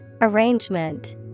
Arrangement